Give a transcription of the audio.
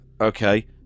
Okay